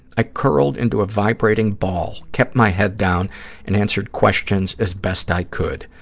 i curled into a vibrating ball, kept my head down and answered questions as best i could.